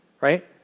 right